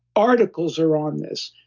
articles are on this.